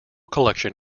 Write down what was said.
collection